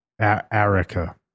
Erica